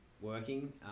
working